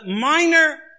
Minor